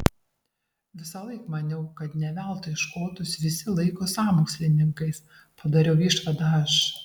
visąlaik maniau kad ne veltui škotus visi laiko sąmokslininkais padariau išvadą aš